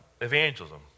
evangelism